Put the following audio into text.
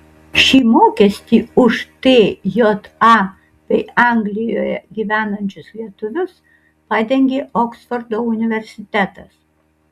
šį mokestį už tja bei anglijoje gyvenančius lietuvius padengė oksfordo universitetas